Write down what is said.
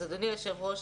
אדוני היושב-ראש,